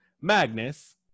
Magnus